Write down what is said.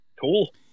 Cool